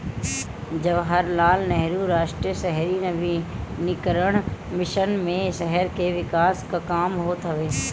जवाहरलाल नेहरू राष्ट्रीय शहरी नवीनीकरण मिशन मे शहर के विकास कअ काम होत हवे